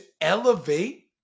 elevate